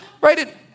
Right